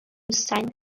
saint